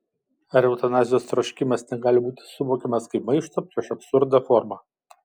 ar eutanazijos troškimas negali būti suvokiamas kaip maišto prieš absurdą forma